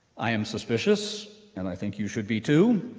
i am suspicious, and i think you should be, too,